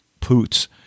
poots